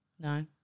No